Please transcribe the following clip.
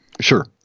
Sure